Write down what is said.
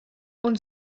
und